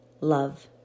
love